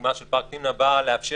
מה שפארק תמנע בא לאפשר,